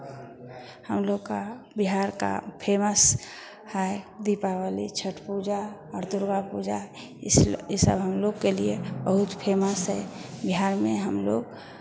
हम लोग का बिहार का फे़मस है दीपावली छठ पूजा और दुर्गा पूजा इस ई सब हम लोग के लिए बहुत फे़मस है बिहार में हम लोग